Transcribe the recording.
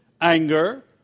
anger